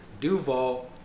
Duval